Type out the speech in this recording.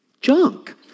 junk